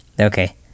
Okay